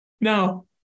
now